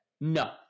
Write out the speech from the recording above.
No